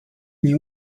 nie